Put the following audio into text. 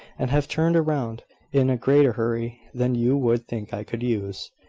and have turned round in a greater hurry than you would think i could use.